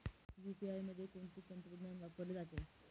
UPI मध्ये कोणते तंत्रज्ञान वापरले जाते?